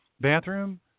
bathroom